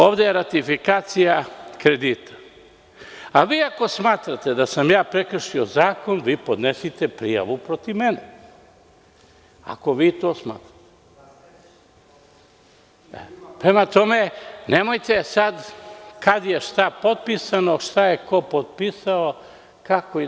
Ovde je ratifikacija kredita, a vi ako smatrate da sam ja prekršio zakon, vi podnesite prijavu protiv mene Prema tome, nemojte sad kad je šta potpisano, šta je ko potpisao, kako ide.